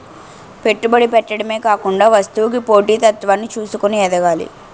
పెట్టుబడి పెట్టడమే కాకుండా వస్తువుకి పోటీ తత్వాన్ని చూసుకొని ఎదగాలి